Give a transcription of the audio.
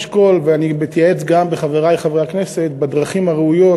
אשקול ואתייעץ בחברי חברי הכנסת בדרכים הראויות,